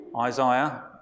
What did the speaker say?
Isaiah